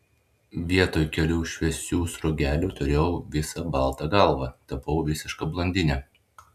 vietoj kelių šviesių sruogelių turėjau visą baltą galvą tapau visiška blondine